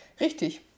Richtig